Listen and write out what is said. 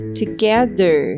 together